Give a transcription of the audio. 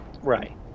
Right